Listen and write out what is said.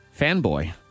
Fanboy